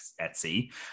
Etsy